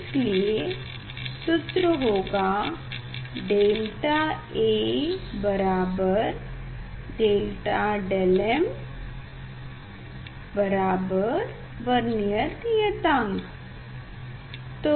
इस लिए सूत्र होगा डेल्टा A बराबर डेल्टा δ m बराबर वर्नियर नियतांक